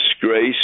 disgrace